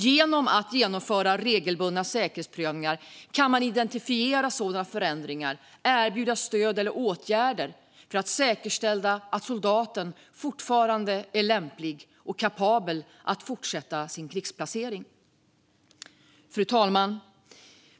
Genom att genomföra regelbundna säkerhetsprövningar kan man identifiera sådana förändringar och erbjuda stöd eller åtgärder för att säkerställa att soldaten fortfarande är lämplig och kapabel att fortsätta på sin krigsplacering. Fru talman!